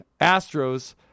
Astros